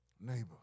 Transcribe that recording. neighbor